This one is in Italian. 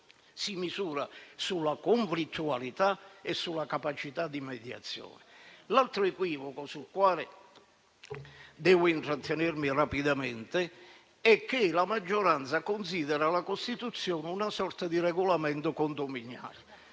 si misura sulla conflittualità e sulla capacità di mediazione. L'altro equivoco sul quale devo intrattenermi rapidamente è che la maggioranza considera la Costituzione una sorta di regolamento condominiale.